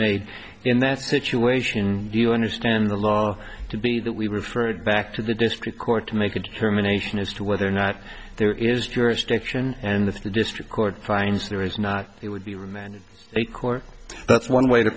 made in that situation you understand the law to be that we referred back to the district court to make a determination as to whether or not there is jurisdiction and if the district court finds there is not it would be remanded a court that's one way to